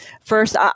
First